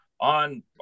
on